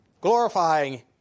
glorifying